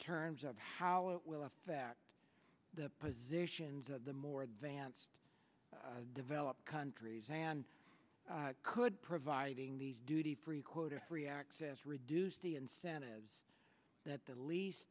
terms of how it will affect the positions of the more advanced developed countries and could providing these duty free quota free access reduce the incentive is that the least